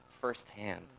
firsthand